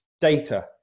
data